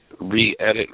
re-edit